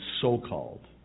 so-called